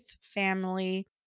Family